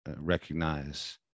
recognize